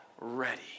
ready